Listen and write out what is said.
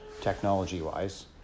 technology-wise